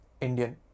Indian